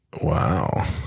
Wow